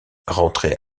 rentré